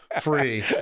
free